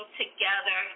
together